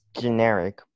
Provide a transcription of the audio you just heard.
generic